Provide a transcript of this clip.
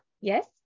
yes